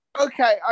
Okay